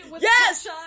Yes